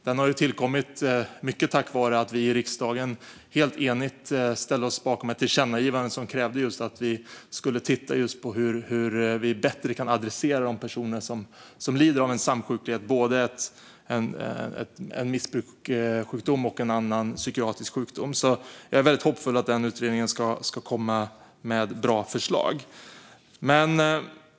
Den har ju tillkommit mycket tack vare att vi i riksdagen helt enigt ställde oss bakom ett tillkännagivande där det krävdes att man skulle titta på hur vi bättre kan rikta in oss på de personer som lider av samsjuklighet, alltså både en missbrukssjukdom och en annan psykiatrisk sjukdom. Jag är väldigt hoppfull om att den utredningen ska komma med bra förslag.